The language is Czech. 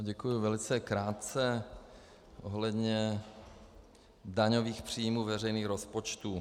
Děkuji, velice krátce ohledně daňových příjmů veřejných rozpočtů.